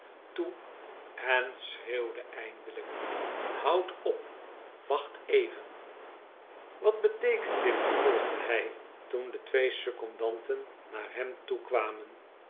toe en schreeuwde eindelijk houd op wacht even wat beteekent dit vervolgde hij toen de twee secondanten naar hem toe kwamen